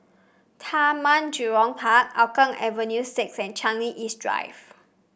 Taman Jurong Park Hougang Avenue six and Changi East Drive